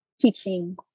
teaching